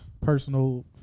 personal